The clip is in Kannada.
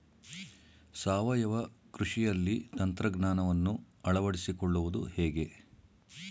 ಸಾವಯವ ಕೃಷಿಯಲ್ಲಿ ತಂತ್ರಜ್ಞಾನವನ್ನು ಅಳವಡಿಸಿಕೊಳ್ಳುವುದು ಹೇಗೆ?